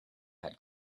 had